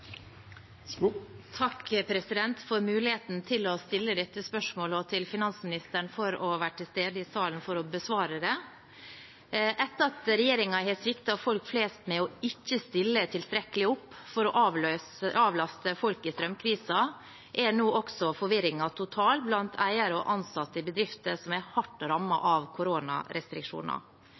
for muligheten til å stille dette spørsmålet, og takk til finansministeren for å være til stede for å besvare det. Etter at regjeringen har sviktet folk flest ved ikke å stille tilstrekkelig opp for å avlaste folk i strømkrisen, er nå også forvirringen total blant eiere og ansatte i bedrifter som er hardt rammet av koronarestriksjoner.